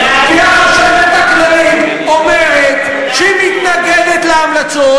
כי החשבת הכללית אומרת שהיא מתנגדת להמלצות.